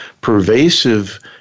pervasive